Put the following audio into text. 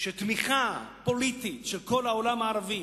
שתמיכה פוליטית של כל העולם הערבי